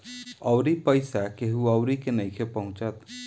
अउरी पईसा केहु अउरी के नइखे पहुचत